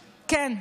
כן,